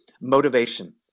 motivation